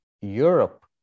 Europe